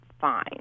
fine